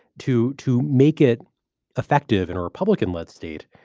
too, to make it effective and a republican led state.